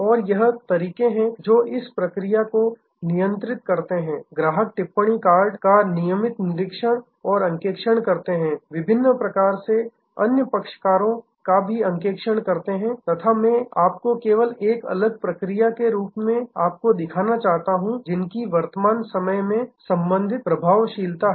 और यह तरीके हैं जो इस प्रक्रिया को नियंत्रित करते हैं ग्राहक टिप्पणी कार्ड का नियमित निरीक्षण और अंकेक्षण करते हैं विभिन्न प्रकार से अन्य पक्षकारों का भी अंकेक्षण करते हैं तथा मैं आपको केवल एक अलग प्रक्रिया के रूप में आपको दिखाना चाहता हूं तथा जिनकी वर्तमान समय में संबंधित प्रभावशीलता है